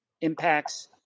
impacts